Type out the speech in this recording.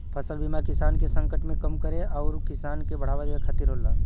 फसल बीमा किसान के संकट के कम करे आउर किसान के बढ़ावा देवे खातिर होला